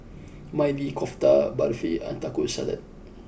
Mali Kofta Barfi and Taco Salad